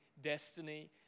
destiny